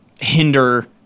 hinder